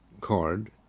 card